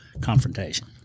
confrontation